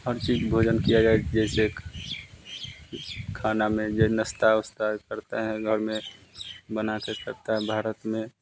हर चीज़ भोजन की जगह एक जैसे है खाने में जो नाश्ता वाश्ता करते हैं घर में बनाते हैं भारत में